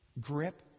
grip